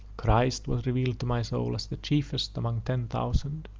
christ was revealed to my soul as the chiefest among ten thousand.